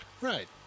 right